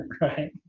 Right